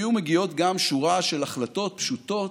היו מגיעות גם שורה של החלטות פשוטות,